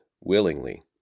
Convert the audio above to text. willingly